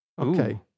Okay